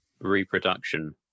reproduction